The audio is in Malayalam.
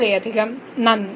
വളരെയധികം നന്ദി